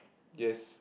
yes